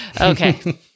Okay